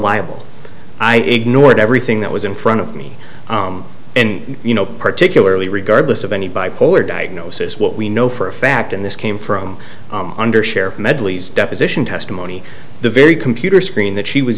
liable i ignored everything that was in front of me and you know particularly regardless of any bipolar diagnosis what we know for a fact and this came from undersheriff medleys deposition testimony the very computer screen that she was